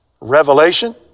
revelation